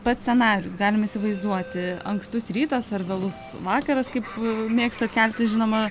pats scenarijus galim įsivaizduoti ankstus rytas ar vėlus vakaras kaip mėgstat keltis žinoma